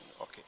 Okay